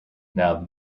now